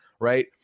right